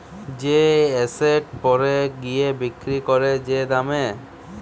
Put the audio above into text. যে এসেট পরে গিয়ে বিক্রি করে যে দামে